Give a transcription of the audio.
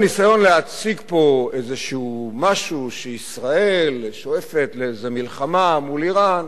הניסיון להציג פה איזה משהו שישראל שואפת לאיזה מלחמה מול אירן,